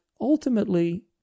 ultimately